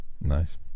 Nice